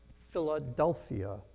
Philadelphia